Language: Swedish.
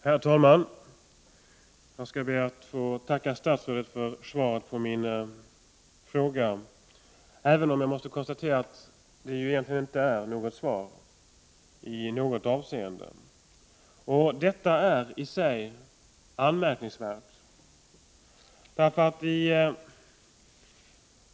Herr talman! Jag skall be att få tacka statsrådet för svaret på min fråga, även om jag måste konstatera att det inte i något avseende är ett svar på frågan. Detta är i sig anmärkningsvärt.